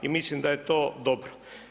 I mislim da je to dobro.